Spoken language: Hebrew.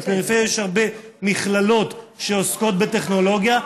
בפריפריה יש הרבה מכללות שעוסקות בטכנולוגיה,